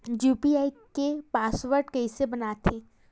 UPI के password कइसे बनाथे?